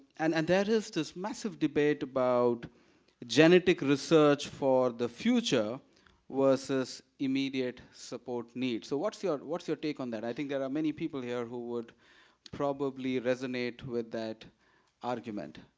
and and there is this massive debate about genetic research for the future versus immediate support needs. so what's your what's your take on that? i think there are many people here who would probably resonate with that argument.